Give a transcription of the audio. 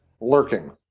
lurking